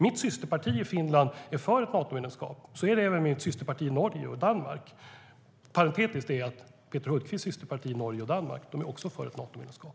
Mitt systerparti i Finland är för ett Natomedlemskap. Så är det även med mina systerpartier i Norge och Danmark. Parentetiskt kan jag säga att Peter Hultqvists systerpartier i Norge och Danmark också är för ett Natomedlemskap.